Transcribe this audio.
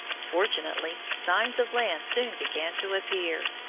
fortunately, signs of land soon began to appear.